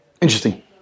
Interesting